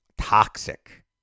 toxic